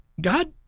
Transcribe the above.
God